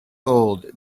old